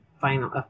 final